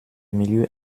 milieux